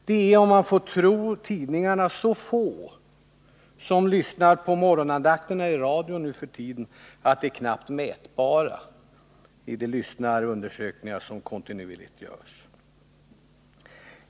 Det är, om man får tro tidningarna, så få som lyssnar på morgonandakterna i radio nu för tiden att de knappt är mätbara i de lyssnarundersökningar som kontinuerligt görs.